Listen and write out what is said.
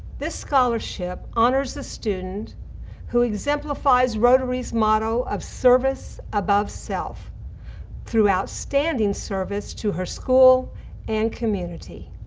this scholarship honors the student who exemplifies rotary's model of service above self through outstanding service to her school and community.